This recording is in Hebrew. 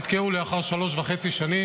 הם נתקעו לאחר שלוש שנים